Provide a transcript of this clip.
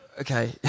okay